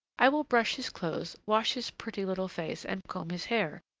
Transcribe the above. i will brush his clothes, wash his pretty little face, and comb his hair,